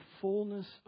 fullness